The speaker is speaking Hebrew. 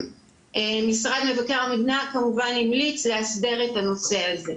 משרד מבקר המדינה כמובן המליץ להסדר את הנושא הזה.